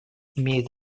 имеет